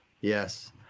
Yes